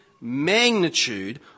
magnitude